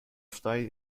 steinen